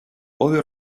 odio